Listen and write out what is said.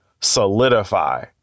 solidify